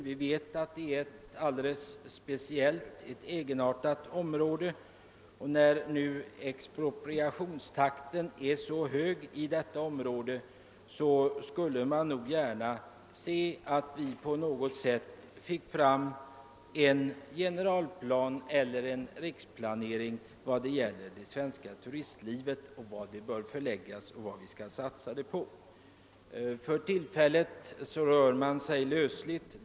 Vi vet att den utgör ett speciellt egenartat område. När nu. exploateringstakten är så hög i detta område, skulle man nog gärna se att vi på något sätt finge fram en generalplan eller en riksplanering för det svenska turistlivet, vart detta bör förläggas och vad vi bör satsa på. För tillfället rör man sig med en löslig planering.